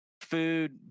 food